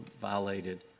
violated